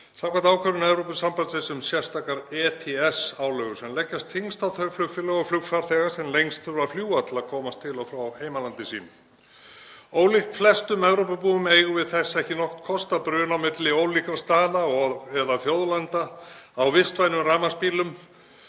samkvæmt ákvörðun Evrópusambandsins um sérstakrar ETS-álögur, sem leggjast þyngst á þau flugfélög og flugfarþega sem lengst þurfa að fljúga til að komast til og frá heimalandi sínu. Ólíkt flestum Evrópubúum eigum við þess ekki nokkurn kost að bruna á milli ólíkra staða eða þjóðlanda á vistvænum rafmagnsbílum